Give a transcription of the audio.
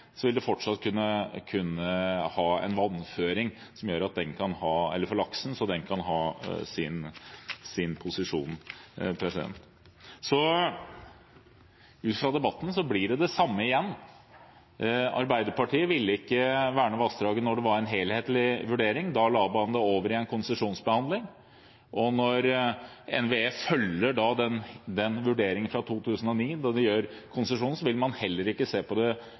som gjør at den kan beholde sin posisjon. Ut fra debatten blir det det samme igjen: Arbeiderpartiet ville ikke verne vassdraget da det var en helhetlig vurdering. Da la man det over i en konsesjonsbehandling. Når NVE følger den vurderingen fra 2009 når de behandler en konsesjon, vil man heller ikke se på det